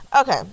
Okay